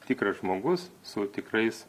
tikras žmogus su tikrais